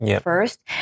first